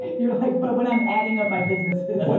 you're like, but when i'm adding up my businesses.